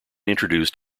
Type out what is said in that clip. introduced